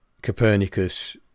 Copernicus